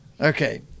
Okay